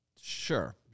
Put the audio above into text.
Sure